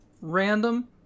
random